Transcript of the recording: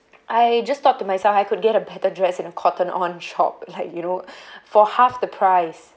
I just thought to myself I could get a better dress in a Cotton On shop like you know for half the price